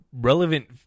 relevant